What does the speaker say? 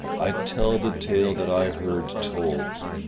i tell the tale that i heard told.